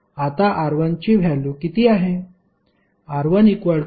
आता R1 ची value किती आहे